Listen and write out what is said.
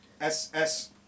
SS